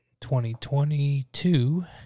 2022